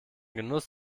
genuss